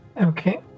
Okay